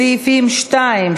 סעיפים 2,